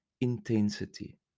intensity